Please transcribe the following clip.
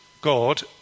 God